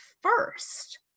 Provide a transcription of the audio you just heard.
first